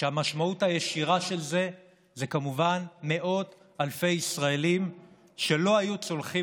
והמשמעות הישירה של זה היא כמובן מאות אלפי ישראלים שלא היו צולחים,